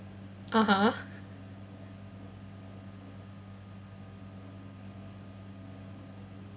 (uh huh)